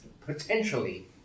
potentially